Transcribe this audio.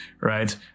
right